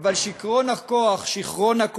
אבל שיכרון הכוח,